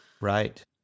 Right